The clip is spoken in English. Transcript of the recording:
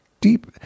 deep